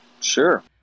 Sure